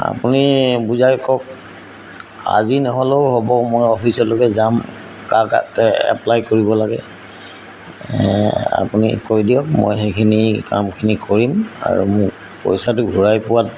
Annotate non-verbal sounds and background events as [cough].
আপুনি বুজাই কওক আজি নহ'লেও হ'ব মই অফিচলৈকে যাম কাৰ [unintelligible] এপ্লাই কৰিব লাগে আপুনি কৈ দিয়ক মই সেইখিনি কামখিনি কৰিম আৰু মোক পইচাটো ঘূৰাই পোৱাত